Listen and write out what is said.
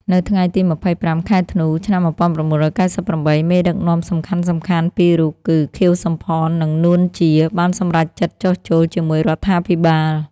នៅថ្ងៃទី២៥ ខែធ្នូ ឆ្នាំ១៩៩៨ មេដឹកនាំសំខាន់ៗពីររូបគឺ ខៀវ សំផន និង នួន ជា បានសម្រេចចិត្តចុះចូលជាមួយរដ្ឋាភិបាល។